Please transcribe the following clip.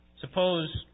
suppose